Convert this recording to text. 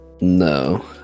no